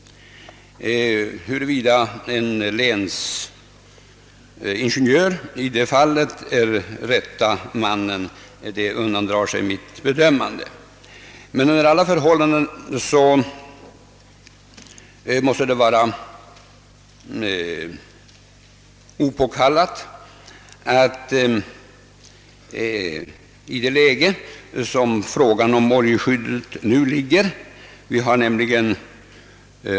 Huruvida en länsingenjör är rätte mannen i det fallet undandrar sig mitt bedömande.